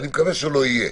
אני מקווה שלא יהיה,